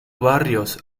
barrios